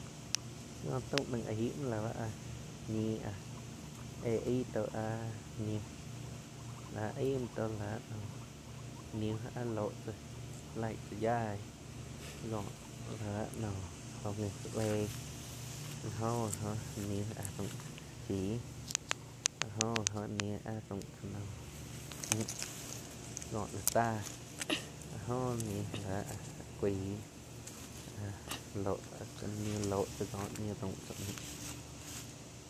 Có taum naing aig muoh lá bá áh ñi áh éh aig tóh áh niu la ai muo tóh, lah nóh niu áh lóh tzá, laig tzá yaig go láh nóh jó nji tsá leig la jo gi oh níu áh raum tzá chíh la jo gi oh ní áh raum tzá noh müh kóh lá táh áh jo ni la áh cuaig nii lóh tzá kóh niu raum tza müh.